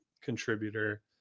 contributor